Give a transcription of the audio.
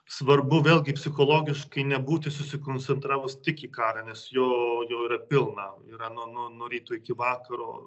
svarbu vėlgi psichologiškai nebūti susikoncentravus tik į karą nes jo jo yra pilna yra nuo nuo nuo ryto iki vakaro